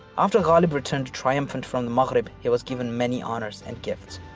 after ghalib returned triumphant from maghreb, he was given many honors and gifts.